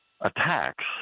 attacks